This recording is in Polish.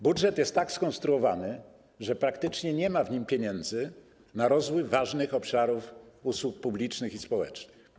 Budżet jest tak skonstruowany, że praktycznie nie ma w nim pieniędzy na rozwój ważnych obszarów usług publicznych i społecznych.